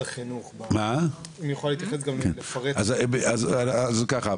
אז ככה,